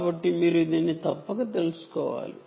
కాబట్టి మీరు దీన్ని తప్పక తెలుసుకోవాలి